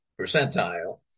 percentile